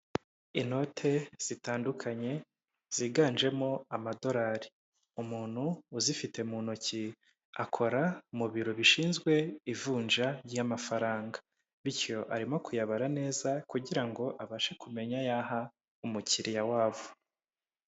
Inote zitandukanye ziganjemo amadorari, umuntu uzifite mu ntoki akora mu biro bishinzwe ivunja ry'amafaranga, bityo arimo kuyabara neza kugira ngo abashe kumenya ayaha umukiriya wabo.